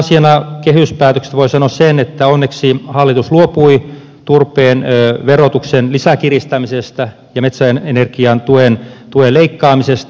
myönteisenä asiana kehyspäätöksestä voin sanoa sen että onneksi hallitus luopui turpeen verotuksen lisäkiristämisestä ja metsäenergian tuen leikkaamisesta